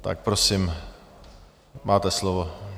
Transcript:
Tak prosím, máte slovo.